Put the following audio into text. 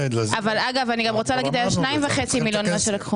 אגב, אני רוצה לומר שהיו 2.5 מיליון שקלים